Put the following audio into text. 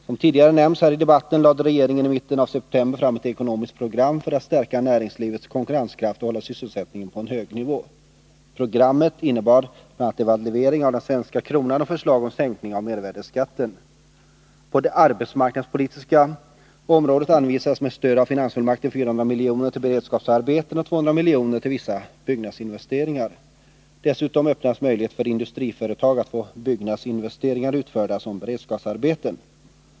Som tidigare nämnts här i debatten lade regeringen i mitten av september fram ett ekonomiskt program för att stärka näringslivets konkurrenskraft och hålla sysselsättningen på en hög nivå. Programmet innebar bl.a. devalvering av den svenska kronan och förslag om sänkning av mervärdeskatten. På det arbetsmarknadspolitiska området anvisades med stöd av finansfullmakten 400 milj.kr. till beredskapsarbeten och 200 milj.kr. till vissa byggnadsinvesteringar. Dessutom öppnades möjlighet för industriföretag att få byggnadsinvesteringar utförda som beredskapsarbeten.